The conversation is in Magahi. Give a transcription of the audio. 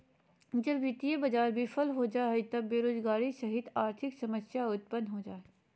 जब वित्तीय बाज़ार बिफल हो जा हइ त बेरोजगारी सहित आर्थिक समस्या उतपन्न हो जा हइ